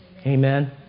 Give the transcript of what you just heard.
Amen